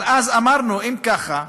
אבל אז אמרנו: אם ככה,